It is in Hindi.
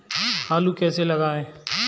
आलू कैसे लगाएँ?